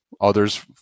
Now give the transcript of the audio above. others